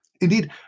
Indeed